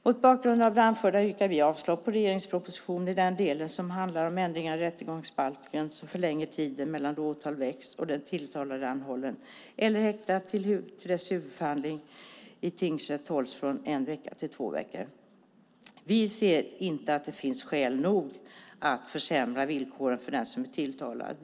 Mot bakgrund av det anförda yrkar vi avslag på regeringens proposition i den del som handlar om ändringar i rättegångsbalken som förlänger tiden mellan att åtal väcks och den tilltalade är anhållen eller häktad till dess att huvudförhandling i tingsrätt hålls från en vecka till två veckor. Vi anser inte att det finns skäl nog att försämra villkoren för den som är tilltalad.